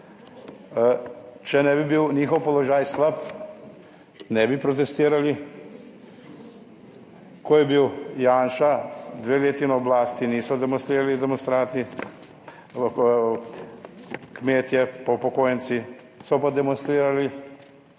Če ne bi bil njihov položaj slab, ne bi protestirali. Ko je bil Janša dve leti na oblasti, niso demonstrirali demonstranti, kmetje pa upokojenci, so pa demonstrirali